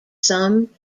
some